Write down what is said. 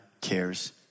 cares